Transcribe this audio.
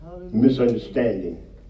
misunderstanding